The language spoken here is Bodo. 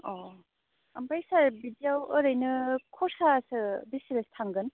अ ओमफ्राय सार बिदियाव ओरैनो खरसासो बेसे थांगोन